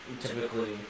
typically